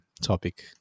topic